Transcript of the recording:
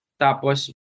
tapos